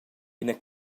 ina